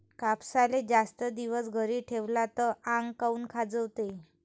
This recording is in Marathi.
कापसाले जास्त दिवस घरी ठेवला त आंग काऊन खाजवते?